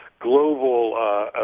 global